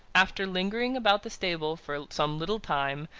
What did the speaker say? after lingering about the stable for some little time,